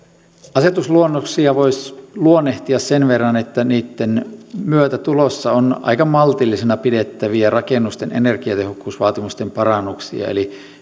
asetusluonnoksia voisi luonnehtia sen verran että niitten myötä tulossa on aika maltillisena pidettäviä rakennusten energiatehokkuusvaatimusten parannuksia eli